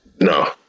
No